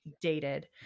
dated